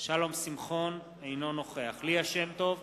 אינו נוכח ליה שמטוב,